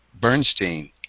Bernstein